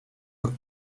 who